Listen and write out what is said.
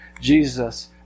Jesus